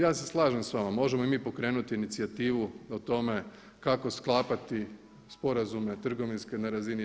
Ja se slažem s vama, možemo i mi pokrenuti inicijativu o tome kako sklapati sporazume trgovinske na razini EU.